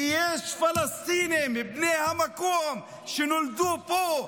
ויש פלסטינים בני המקום שנולדו פה,